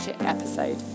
episode